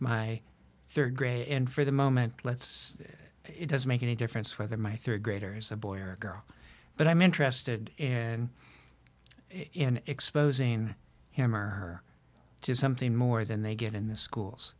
my rd grade and for the moment let's it does make any difference whether my rd graders a boy or girl but i'm interested and in exposing him or her to something more than they get in the schools